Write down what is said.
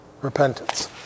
repentance